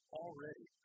already